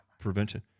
prevention